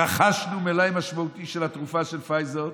רכשנו מלאי משמעותי של התרופה של פייזר,